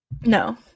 no